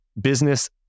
business